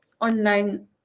online